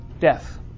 death